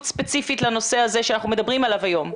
ספציפית לנושא הזה שאנחנו מדברים עליו היום.